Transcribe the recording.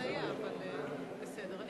גברתי היושבת-ראש,